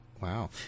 wow